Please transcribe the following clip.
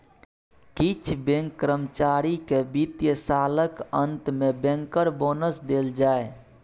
किछ बैंक कर्मचारी केँ बित्तीय सालक अंत मे बैंकर बोनस देल जाइ